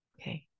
Okay